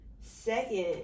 Second